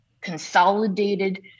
consolidated